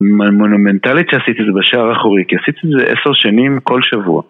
מונומנטלית שעשיתי את זה בשער האחורי, כי עשיתי את זה עשר שנים כל שבוע.